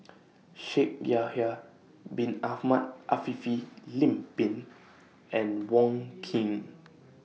Shaikh Yahya Bin Ahmed Afifi Lim Pin and Wong Keen